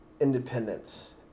independence